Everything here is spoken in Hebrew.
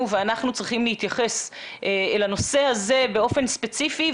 ואנחנו צריכים להתייחס אל הנושא הזה באופן ספציפי,